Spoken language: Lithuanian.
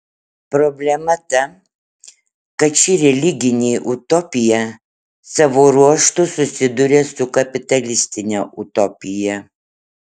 problema ta kad ši religinė utopija savo ruožtu susiduria su kapitalistine utopija